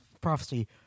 prophecy